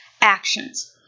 Actions